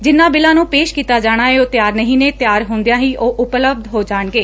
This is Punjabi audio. ਜਿੰਨਾ ਬਿੱਲਾਂ ਨੂੰ ਪੇਸ਼ ਕੀਤਾ ਜਾਣਾ ਏ ਉਹ ਤਿਆਰ ਨਹੀ ਨੇ ਤਿਆਰ ਹੁੰਦਿਆਂ ਹੀ ਉਪਲਬਧ ਹੋ ਜਾਣਗੇ